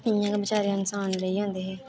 इ'यां गै बेचारे इंसान रेही जंदे हे